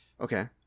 okay